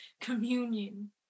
communion